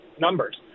numbers